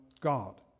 God